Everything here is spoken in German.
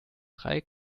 drei